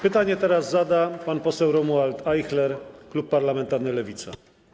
Pytanie teraz zada pan poseł Romuald Ajchler, klub parlamentarny Lewica.